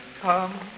come